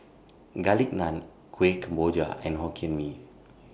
Garlic Naan Kuih Kemboja and Hokkien Mee